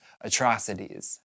atrocities